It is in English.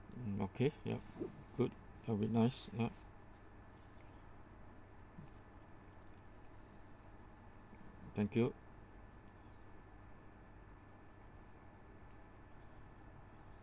mm okay yup good that'd be nice yup thank you